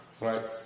Right